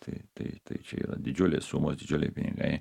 tai tai tai čia yra didžiulės sumos didžiuliai pinigai